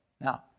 Now